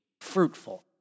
fruitful